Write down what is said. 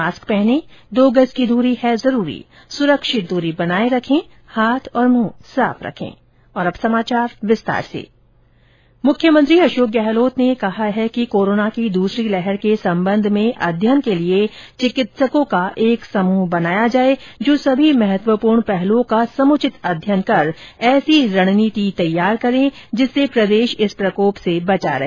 mask पहनें दो गज दूरी है जरूरी सुरक्षित दूरी बनाये रखे हाथ और मुंह साफ रखें मुख्यमंत्री अशोक गहलोत ने कहा है कि कोरोना की दूसरी लहर के सम्बन्ध में अध्ययन के लिए चिकित्सकों का एक समूह बनाया जाए जो सभी महत्वपूर्ण पहलुओं का समुचित अध्ययन कर ऐसी रणनीति तैयार करे जिससे प्रदेश इस प्रकोप से बचा रहे